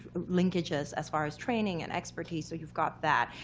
linkages, as far as training and expertise are, you've got that.